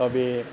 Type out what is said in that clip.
তবে